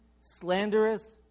slanderous